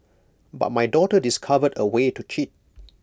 but my daughter discovered A way to cheat